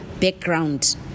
background